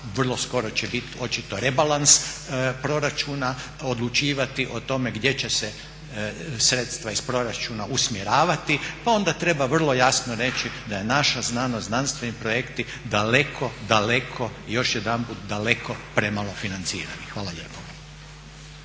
vrlo skoro će bit očito rebalans proračuna odlučivati o tome gdje će se sredstva iz proračuna usmjeravati, pa onda treba vrlo jasno reći da je naša znanost, znanstveni projekti daleko, daleko još jedanput daleko premalo financirani. Hvala lijepo.